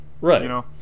Right